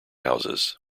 houses